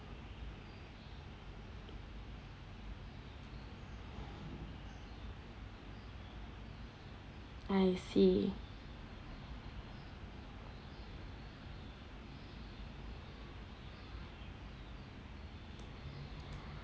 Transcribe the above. I see